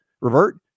revert